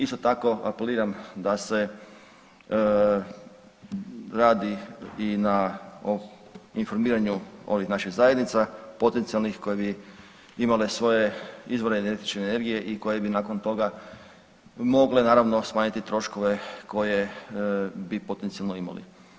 Isto tako apeliram da se radi i na informiranju ovih naših zajednica potencijalnih koji bi imale svoje izvore električne energije i koje bi nakon toga mogle naravno smanjiti troškove koje bi potencijalno imali.